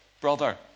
brother